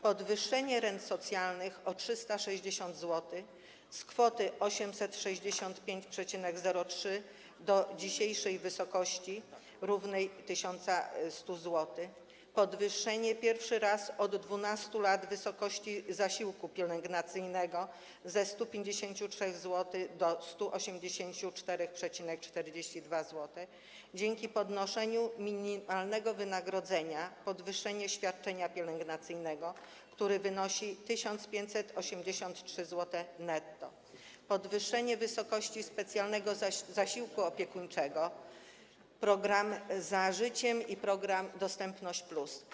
podwyższenie rent socjalnych o 360 zł, z kwoty 865,03 zł do dzisiejszej kwoty w wysokości równej 1100 zł, podwyższenie pierwszy raz od 12 lat wysokości zasiłku pielęgnacyjnego ze 153 zł do 184,42 zł, dzięki podnoszeniu minimalnego wynagrodzenia podwyższenie świadczenia pielęgnacyjnego, które wynosi 1583 zł netto, podwyższenie wysokości specjalnego zasiłku opiekuńczego, program „Za życiem” i program „Dostępność+”